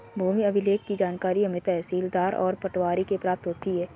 भूमि अभिलेख की जानकारी हमें तहसीलदार और पटवारी से प्राप्त होती है